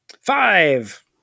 Five